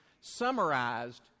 summarized